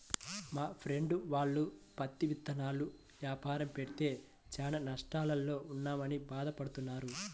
మా ఫ్రెండు వాళ్ళు పత్తి ఇత్తనాల యాపారం పెడితే చానా నష్టాల్లో ఉన్నామని భాధ పడతన్నారు